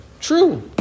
true